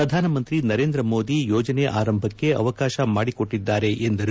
ಪ್ರಧಾನಿ ನರೇಂದ್ರ ಮೋದಿ ಯೋಜನೆ ಆರಂಭಕ್ಕೆ ಅವಕಾಶ ಮಾಡಿಕೊಟ್ಟದ್ದಾರೆ ಎಂದರು